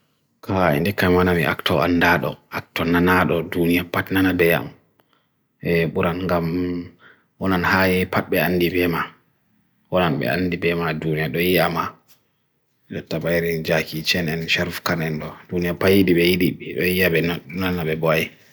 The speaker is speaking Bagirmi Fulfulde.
kaa indika manami akto andado, akto nanado dunia pat nana deyam e buran gam onan hai pat be andi beema onan be andi beema dunia doi yama luttabairi njaki chenen sheref kanen bo dunia payidi beidi be, doi yame nanabe boy